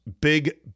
Big